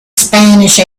spanish